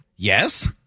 Yes